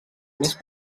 més